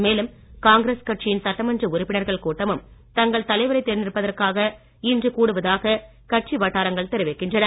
மேலும் காங்கிரஸ் கட்சியின் சட்டமன்ற உறுப்பினர்கள் கூட்டமும் தங்கள் தலைவரை தேர்ந்தெடுப்பதற்காக இன்று கூடுவதாக கட்சி வட்டாரங்கள் தெரிவிக்கின்றன